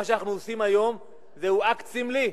מה שאנחנו עושים היום זה אקט סמלי.